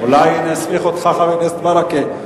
אולי נסמיך אותך, חבר הכנסת ברכה.